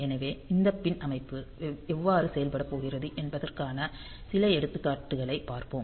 எனவே இந்த பின் அமைப்பு எவ்வாறு செயல்படப் போகிறது என்பதற்கான சில எடுத்துக்காட்டுகளைப் பார்ப்போம்